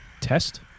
Test